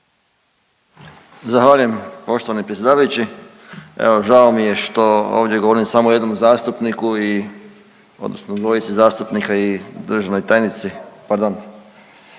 Zahvaljujem poštovani predsjedavajući. Evo žao mi je što ovdje govorim samo jednom zastupniku i, odnosno dvojici zastupnika i državnoj tajnici, pardon,